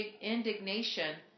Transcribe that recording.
indignation